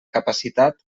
capacitat